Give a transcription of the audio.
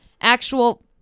actual